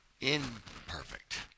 imperfect